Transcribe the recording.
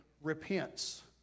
repents